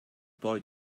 boy